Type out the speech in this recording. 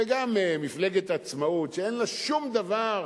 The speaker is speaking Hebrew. וגם מפלגת עצמאות, שאין לה שום דבר